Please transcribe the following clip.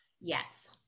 Yes